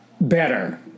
better